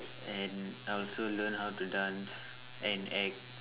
and I also learn how to dance and act